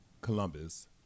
Columbus